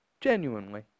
genuinely